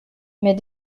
mais